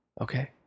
okay